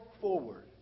forward